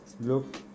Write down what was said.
look